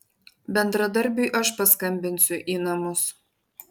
bendradarbiui aš paskambinsiu į namus